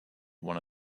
one